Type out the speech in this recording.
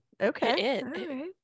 Okay